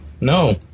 No